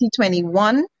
2021